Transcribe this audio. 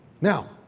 Now